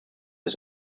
das